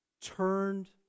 turned